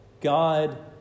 God